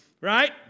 Right